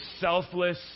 selfless